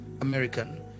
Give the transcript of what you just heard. American